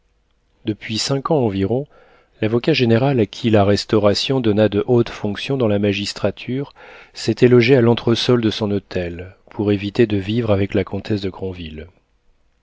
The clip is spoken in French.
depuis cinq ans environ lavocat général à qui la restauration donna de hautes fonctions dans la magistrature s'était logé à l'entresol de son hôtel pour éviter de vivre avec la comtesse de